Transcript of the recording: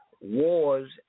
Wars